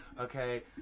Okay